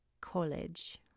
college